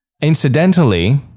Incidentally